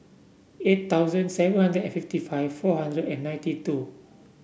eight thousand seven hundred and fifty five four hundred and ninety two